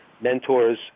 mentors